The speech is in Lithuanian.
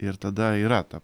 ir tada yra ta